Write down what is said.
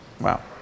Wow